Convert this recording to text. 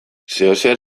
zeozer